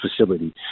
facility